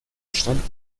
stand